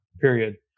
period